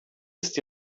ist